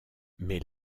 mais